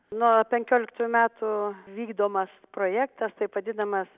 nuo penkioliktųjų metų vykdomas projektas taip vadinamas